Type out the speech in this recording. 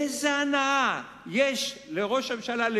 איזו הנאה יש לראש הממשלה,